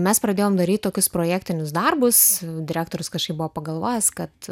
mes pradėjom daryt tokius projektinius darbus direktorius kažkaip buvo pagalvojęs kad